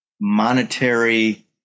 monetary